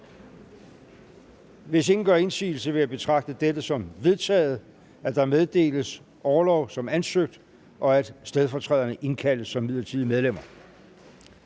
Hvis ingen gør indsigelse, vil jeg betragte det som vedtaget, at der meddeles orlov som ansøgt, og at stedfortræderne indkaldes som midlertidige medlemmer.